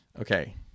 Okay